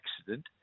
accident